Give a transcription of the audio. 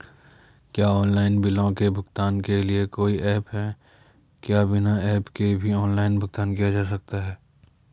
क्या ऑनलाइन बिलों के भुगतान के लिए कोई ऐप है क्या बिना ऐप के भी ऑनलाइन भुगतान किया जा सकता है?